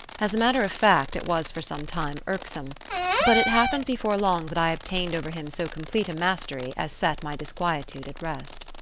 as a matter of fact, it was for some time irksome but it happened before long that i obtained over him so complete a mastery as set my disquietude at rest.